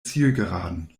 zielgeraden